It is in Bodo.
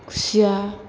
खुसिया